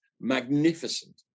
magnificent